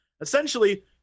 Essentially